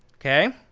ok,